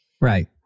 right